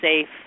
safe